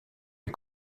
les